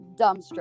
dumbstruck